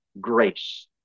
grace